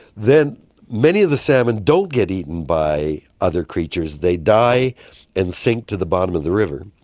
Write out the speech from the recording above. then many of the salmon don't get eaten by other creatures, they die and sink to the bottom of the river.